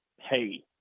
hey